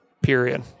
period